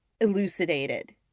elucidated